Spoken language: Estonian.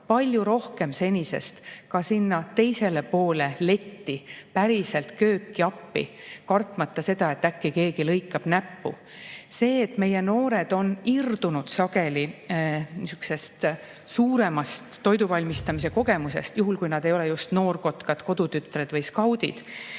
palju rohkem senisest teisele poole letti, päriselt kööki appi, kartmata seda, et äkki keegi lõikab näppu? See, et meie noored on irdunud sageli niisugusest suuremast toiduvalmistamise kogemusest, juhul kui nad ei ole just noorkotkad, kodutütred või skaudid,